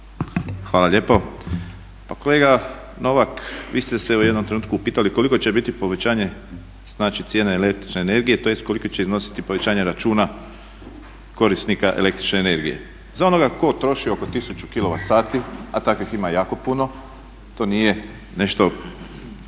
Hvala lijepo. Pa kolega Novak, vi ste se u jednom trenutku pitali koliko će biti povećanje znači cijene električne energije, tj. koliko će iznositi povećanje računa korisnika električne energije. Za onoga tko troši oko 1000 kilovat sati, a takvih ima jako puno to nije nešto